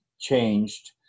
changed